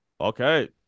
Okay